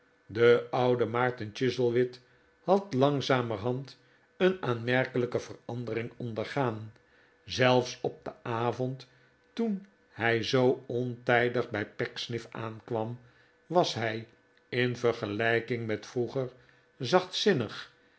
de oude maarten chuzzlewit had langzamerhand een aanmerkelijke verandering ondergaan zelfs op den avond toen hij zoo ontijdig bij pecksniff aankwam was hij in vergelijking met vroeger